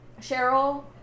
Cheryl